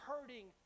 hurting